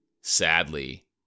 sadly